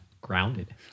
grounded